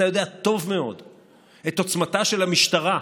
אתה יודע טוב מאוד את עוצמתה של המשטרה,